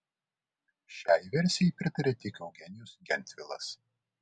šiai versijai pritarė tik eugenijus gentvilas